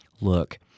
look